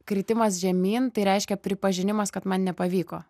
kritimas žemyn tai reiškia pripažinimas kad man nepavyko